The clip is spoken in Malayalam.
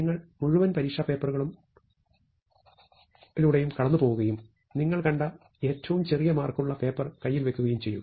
നിങ്ങൾ മുഴുവൻ പരീക്ഷാ പേപ്പറുകളും കടന്നുപോകുകയും നിങ്ങൾ കണ്ട ഏറ്റവും ചെറിയ മാർക്കുള്ള പേപ്പർ കൈയിൽ വെക്കുകയും ചെയ്യുക